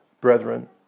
brethren